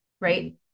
right